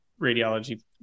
radiology